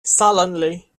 sullenly